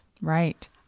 Right